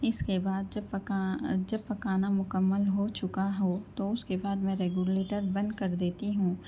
اس کے بعد جب پکا جب پکانا مکمل ہو چکا ہو تو اس کے بعد میں ریگولیٹر بند کر دیتی ہوں